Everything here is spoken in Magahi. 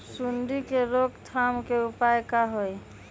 सूंडी के रोक थाम के उपाय का होई?